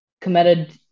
committed